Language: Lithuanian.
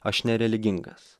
aš nereligingas